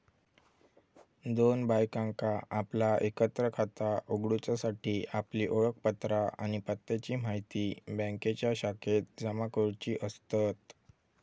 दोन बायकांका आपला एकत्र खाता उघडूच्यासाठी आपली ओळखपत्रा आणि पत्त्याची म्हायती बँकेच्या शाखेत जमा करुची असतत